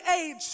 age